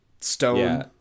stone